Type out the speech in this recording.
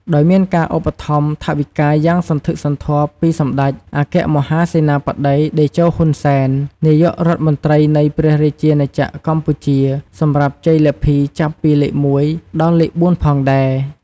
ដោយមានការឧបត្ថម្ភថវិកាយ៉ាងសន្ធឹកសន្ធាប់ពីសម្តេចអគ្គមហាសេនាបតីតេជោ ហ៊ុន សែន នាយករដ្ឋមន្ត្រីនៃព្រះរាជាណាចក្រកម្ពុជា សម្រាប់ជ័យលាភីចាប់ពីលេខ១ ដល់លេខ៤ផងដែរ។